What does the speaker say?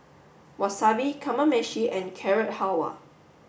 Wasabi Kamameshi and Carrot Halwa